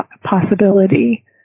possibility